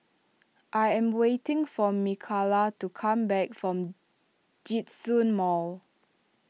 I am waiting for Mikalah to come back from Djitsun Mall